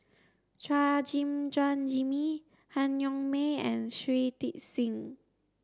Chua Gim Guan Jimmy Han Yong May and Shui Tit Sing